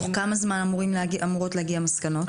תוך כמה זמן אמורות להגיע מסקנות?